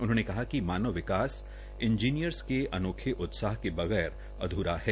उन्होंने कहा कि मानव विकास इंजीनियर्स के अनोखे उत्साह के बगैर अध्रा है